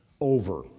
over